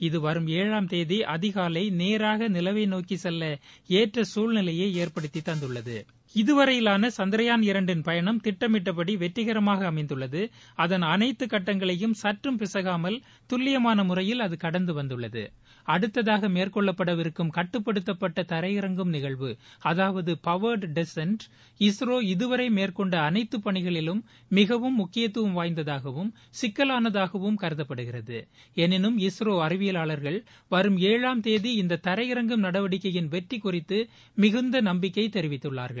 இது வரும் ஏழாம் தேதி அதிகாலை நேராக நிலவை நோக்கி செல்ல ஏற்ற சூழ்நிலையை ஏற்படுத்தி தந்தள்ளது இதுவரையிலான சந்தியாள் இரண்டின் பயணம் திட்டமிட்டப்படி வெற்றிகரமாக அமைந்துள்ளது அதன் அனைத்து கட்டங்களையும் சற்றும் பிசகாமல் தல்லிபமான முறையில் அது ஷந்து வந்தள்ளது அடுக்கதாக மேற்கொள்ளப்பட இருக்கும் வட்டுப்படுத்தப்பட்ட தரையிறங்கும் நிஷற்வு இஸ்ரோ இதவரை மேற்கொண்ட அளைத்தப் பணிகளிலும் மிகவும் முக்கியம் வாப்ந்ததாகவும் சிக்கலாளதாகவும் கருதப்படுகிறது எனினும் இஸ்ரோ அறிவியலாளர்கள் வரும் ஏழாம் தேகி இந்த தரைபிறங்கும் நடவடிக்கையின் வெற்றி குழித்து மிகுந்த நம்பிக்கை தெரிவித்துள்ளனர்